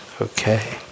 Okay